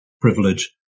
privilege